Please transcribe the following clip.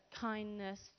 kindness